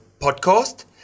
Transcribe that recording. podcast